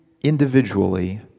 individually